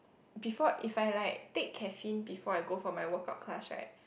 before if I like take caffeine before I go for my workout class right